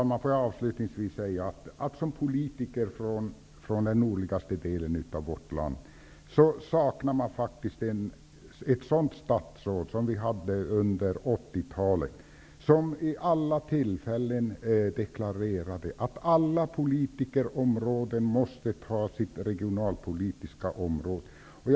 Herr talman! Avslutningsvis vill jag säga att som politiker från den nordligaste delen av vårt land saknar man faktiskt ett sådant statsråd som vi hade under 80-talet. Han deklarerade vid alla tillfällen att man inom alla politikområden måste ta sitt regionalpolitiska ansvar.